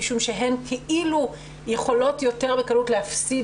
משום שהן כאילו יכולות יותר בקלות להפסיד